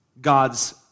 God's